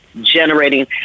generating